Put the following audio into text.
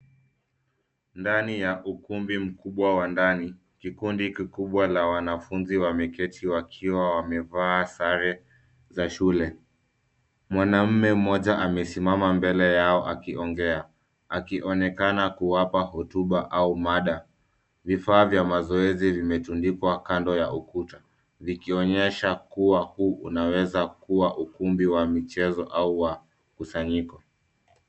Ndani ya ukumbi mkubwa wa ndani. Kikundi kikubwa la wanafunzi wameketi wakiwa wamevaa sare za shule. Mwanaume mmoja amesimama mbele yao akiongea. Akionekana kuwapa hotuba au mada. Vifaa vya mazoezi vimetundikwa kando ya ukuta. Vikionyesha kuwa huu unaweza kuwa ukumbi wa michezo au wa kusanyiko.